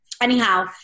anyhow